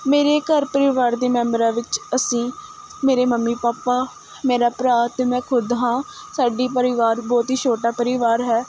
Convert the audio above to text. ਮੇਰੇ ਘਰ ਪਰਿਵਾਰ ਦੇ ਮੈਂਬਰਾਂ ਵਿੱਚ ਅਸੀਂ ਮੇਰੇ ਮੰਮੀ ਪਾਪਾ ਮੇਰਾ ਭਰਾ ਅਤੇ ਮੈਂ ਖੁਦ ਹਾਂ ਸਾਡੀ ਪਰਿਵਾਰ ਬਹੁਤ ਹੀ ਛੋਟਾ ਪਰਿਵਾਰ ਹੈ